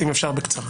אם אפשר בקצרה.